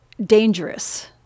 dangerous